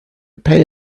pay